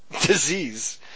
Disease